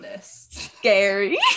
Scary